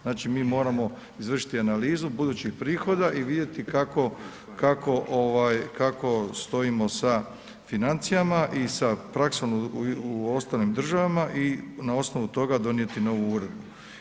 Znači mi moramo izvršiti analizu budućih prihoda i vidjeti kako stojimo sa financijama i sa praksom u ostalim državama i na osnovu toga donijeti novu uredbu.